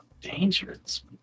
dangerous